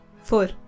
Four